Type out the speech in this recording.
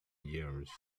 years